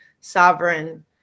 sovereign